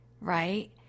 right